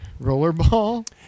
rollerball